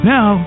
Now